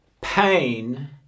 pain